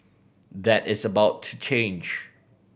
that is about to change